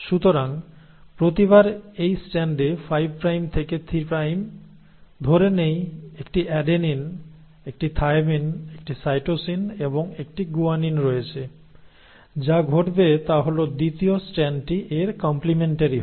সুতরাং প্রতিবার এই স্ট্র্যান্ডে 5 প্রাইম থেকে 3 প্রাইম ধরে নেই একটি অ্যাডেনিন একটি থাইমিন একটি সাইটোসিন এবং একটি গুয়ানিন রয়েছে যা ঘটবে তা হল দ্বিতীয় স্ট্র্যান্ডটি এর কম্প্লিমেন্টারি হবে